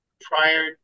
prior